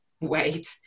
wait